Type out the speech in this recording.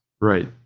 Right